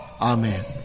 Amen